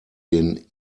den